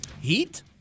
Heat